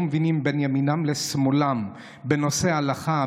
מבינים בין ימינם לשמאלם בנושא ההלכה,